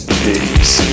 peace